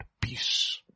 peace